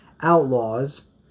outlaws